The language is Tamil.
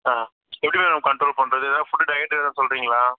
ஆ எப்படி மேடம் கண்ட்ரோல் பண்ணுறது எதாவது ஃபுட்டு டயட்டு எதாவது சொல்கிறீங்களா